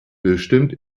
bestimmt